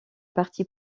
parti